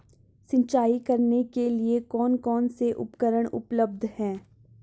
सिंचाई करने के लिए कौन कौन से उपकरण उपलब्ध हैं?